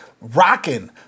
rocking